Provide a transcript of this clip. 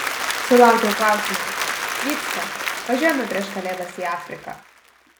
sulaukiau klausimo vycka važiuojame prieš kalėdas į afriką